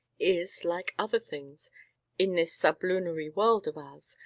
is, like other things in this sublunary world of ours,